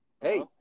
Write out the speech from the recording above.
hey